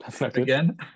again